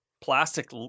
plastic